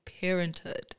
parenthood